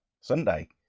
Sunday